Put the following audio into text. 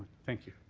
thank you.